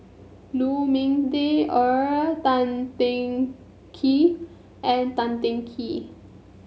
Lu Ming Teh Earl Tan Teng Kee and Tan Teng Kee